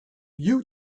you